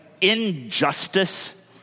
injustice